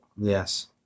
Yes